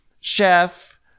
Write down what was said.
chef